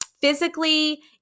physically